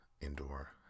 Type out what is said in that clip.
indoor